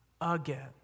again